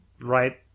right